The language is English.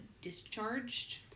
discharged